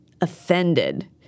offended